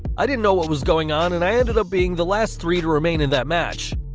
i didn't know what was going on and i ended up being the last three to remain in that match.